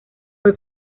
fue